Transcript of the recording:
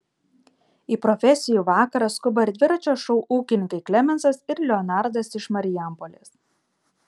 į profesijų vakarą skuba ir dviračio šou ūkininkai klemensas ir leonardas iš marijampolės